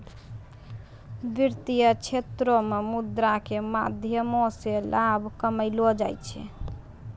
वित्तीय क्षेत्रो मे मुद्रा के माध्यमो से लाभ कमैलो जाय छै